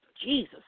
Jesus